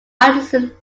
anderson